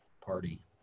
party